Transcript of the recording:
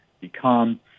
become